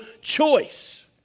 choice